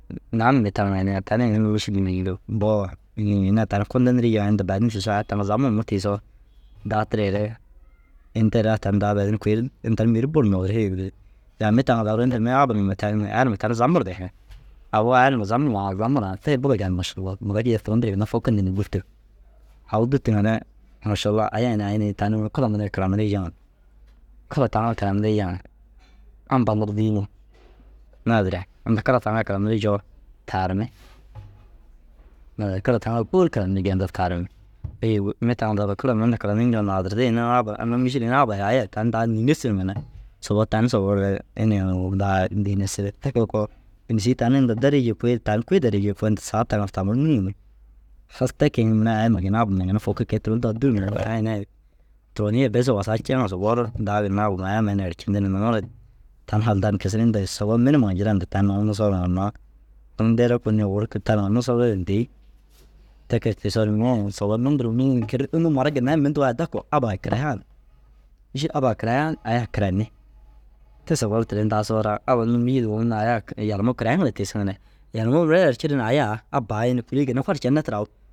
Naaŋire tama nayi tani ini unnu mîšil ina tani kununirii yaa inda daa nîsu sogo aya taŋa zamure tiisoo daa tireere ini te raa tan daa duro ini kuri inda ru mêri nuudirig. Mi taŋa daguruu inda mi abba numa tani aya numa tani zamurde hee. Awu aya numa zamur ãã zamur ãã te buru gali. Mašallah mura yege turon duro ginna fokindu ni dûtu. Awu dûtuŋare mašallah « aya » yinii « aa » yinii tani mire kira nuru ai karanirii yiŋa, kira taŋa ai karanirii yiŋa ampa nir dîi ni. Naazire inda kara taŋu ai karanirii joo taarimmi. Naazire kira taŋu ai kôoli karanirii jii inda taarimmi. Hêi mi taŋa daguruu kira mire inda karaniiñoo naadirdi. Ini abba unnu mîšil abba ye aya ye tani daa nîinesiriŋa ginna sobou tan sobou ru ini guru daa dîinesire. Te kee koo bin ni sîgi tani inda derii jii kui ru tan kui derii jii koo inda saga ru taŋu ru nûŋumi. Halas te kee yinii mire aya ma ye ginna abba ye ginna foki kôyi turon daa dûruŋare ai ini ai turonii ai bes wusaa ceŋa sobogur daa ginna abbama ye ayama ye na ercindu ni nuŋure tani haltan kisir inda sobou mi numa ŋa jiran di tan nuŋu nusoor ŋa hinnoo unnu deere koo nîye owor kûi tariŋa nusoorii na dêyi. Te kee tiisoore muu nuŋu sobou num du ru mûngin cirri unnu mara ginnai mi hunduu ai daku. Abbai karayaan mîšil « abbai karayaan ayai karayinni ». Te sobou ru tira ini daa sooraa abba nuruu mîšil unnu ayaa yalimuu karayiŋire tiisiŋare yalimuu mire yerci ri ni « aya aa abba aa » yi ni kûliyi ginna faru cene tira au